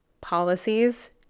policies